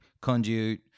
Conduit